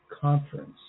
conference